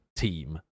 team